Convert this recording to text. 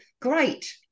great